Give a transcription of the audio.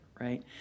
right